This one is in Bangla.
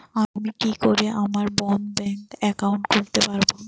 আমি কি করে আমার বন্ধ ব্যাংক একাউন্ট খুলতে পারবো?